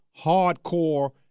hardcore